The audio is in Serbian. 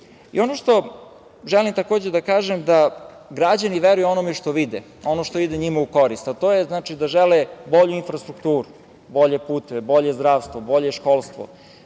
što želim takođe da kažem je da građani veruju onome što vide, ono što ide njima u korist, a to je, znači, da žele bolju infrastrukturu, bolje puteve, bolje zdravstvo, bolje školstvo,